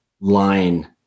line